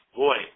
boy